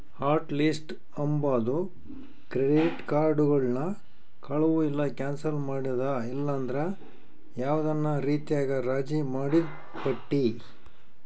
hot list ಅಂಬಾದು credit ಕಾರ್ಡುಗುಳ್ನ ಕಳುವು ಇಲ್ಲ ಕ್ಯಾನ್ಸಲ್ ಮಾಡಿದ ಇಲ್ಲಂದ್ರ ಯಾವ್ದನ ರೀತ್ಯಾಗ ರಾಜಿ ಮಾಡಿದ್ ಪಟ್ಟಿ